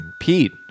pete